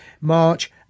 March